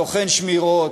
טוחן שמירות,